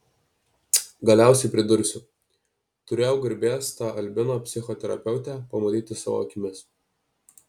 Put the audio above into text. galiausiai pridursiu turėjau garbės tą albino psichoterapeutę pamatyti savo akimis